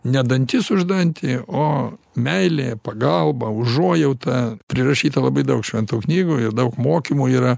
ne dantis už dantį o meilė pagalba užuojauta prirašyta labai daug šventų knygų ir daug mokymų yra